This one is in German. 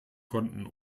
konnten